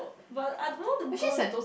but I don't know to go